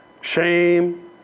shame